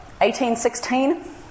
1816